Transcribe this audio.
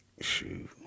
Shoot